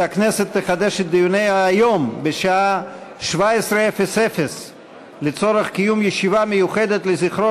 הכנסת תחדש את דיוניה היום בשעה 17:00 לצורך קיום ישיבה מיוחדת לזכרו